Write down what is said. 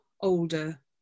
older